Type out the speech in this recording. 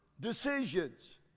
decisions